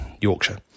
Yorkshire